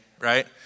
right